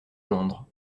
londres